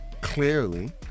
Clearly